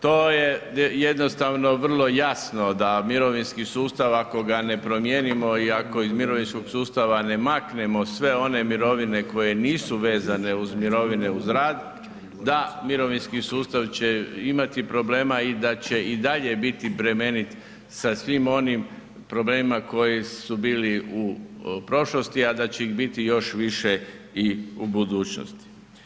To je jednostavno vrlo jasno da mirovinski sustav ako ga ne promijenimo i ako iz mirovinskog sustava ne maknemo sve one mirovine koje nisu vezane uz mirovine uz rad, da mirovinski sustav će imati problema i da će i dalje biti bremenit sa svim onim problemima koji su bili u prošlosti, a da će ih biti još više i u budućnosti.